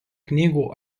knygų